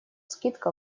скидка